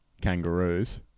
kangaroos